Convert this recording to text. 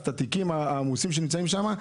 את התיקים העמוסים שיש שם.